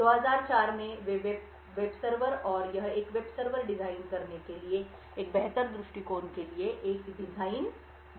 2004 में web server और यह एक वेब सर्वर डिजाइन करने के लिए एक बेहतर दृष्टिकोण के लिए एक डिजाइन भी प्रदान करता है